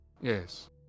yes